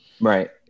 Right